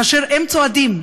כאשר הם צועדים,